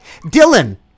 Dylan